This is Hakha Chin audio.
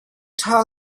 ṭha